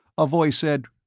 a voice said,